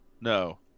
No